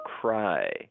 cry